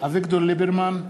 אביגדור ליברמן,